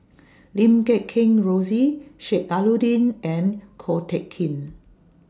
Lim Guat Kheng Rosie Sheik Alau'ddin and Ko Teck Kin